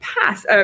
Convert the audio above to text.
Pass